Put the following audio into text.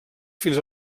fins